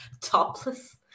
topless